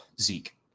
Zeke